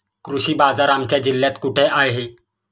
कृषी बाजार आमच्या जिल्ह्यात कुठे आहे?